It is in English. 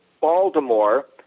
Baltimore